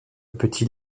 petit